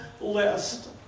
list